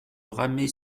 ramer